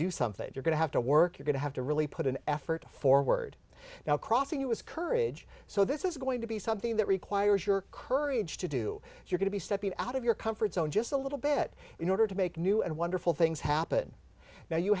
do something you're going to have to work you're going to have to really put an effort forward now crossing it was courage so this is going to be something that requires your courage to do you're going to be stepping out of your comfort zone just a little bit in order to make new and wonderful things happen now you